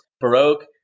Baroque